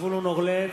זבולון אורלב,